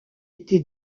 été